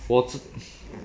我只